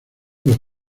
los